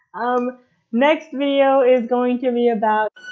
um next video is going to be about.